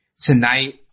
tonight